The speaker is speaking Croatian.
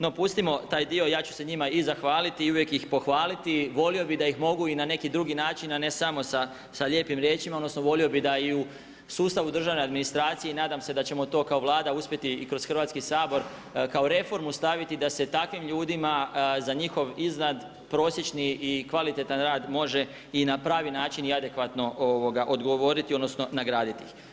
No pustimo taj dio, ja ću se njima i zahvaliti i uvijek i pohvaliti, volio bih da ih mogu i na neki način a ne samo sa lijepim riječima, odnosno volio bi da i u sustavu državne administracije, nadam se da ćemo to kao Vlada uspjeti i kroz Hrvatski sabor kao reformu staviti da se takvim ljudima za njihov iznadprosječni i kvalitetan rad može i na pravi način i adekvatno odgovoriti odnosno nagraditi ih.